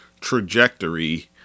trajectory